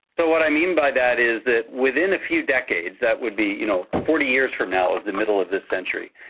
so what i mean by that is that within a few decades, that would be you know forty years from now, the middle of this century,